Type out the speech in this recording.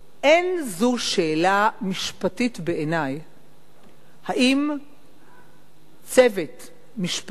אין זו שאלה משפטית בעיני אם צוות משפטנים